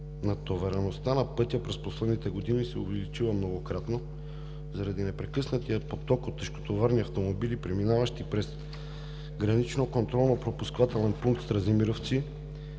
Натовареността на пътя през последните години се е увеличила многократно, заради непрекъснатия поток от тежкотоварни автомобили, преминаващи през граничния контролно-пропускателен пункт Стрезимировци,